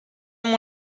amb